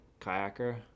kayaker